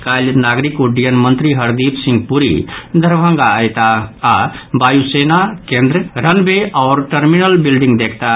काल्हि नागरिक उड्डयन मंत्री हरदीप सिंह पूरी दरभंगा अयताह आओर वायु सेना केन्द्र रनवे आ टर्मिनल बिल्डिंग देखताह